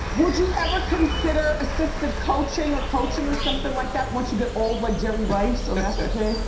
would you ever consider assistant coaching or coaching or something like that, once you get old, like jerry rice or master p?